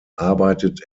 arbeitet